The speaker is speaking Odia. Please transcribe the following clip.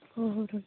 ହଉ ହଉ ରହିଲି